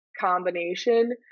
combination